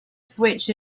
switch